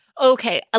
Okay